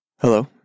Hello